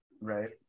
Right